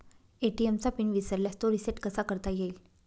ATM चा PIN विसरल्यास तो रिसेट कसा करता येईल?